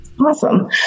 Awesome